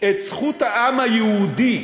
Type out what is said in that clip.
את זכות העם היהודי,